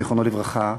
זיכרונו לברכה,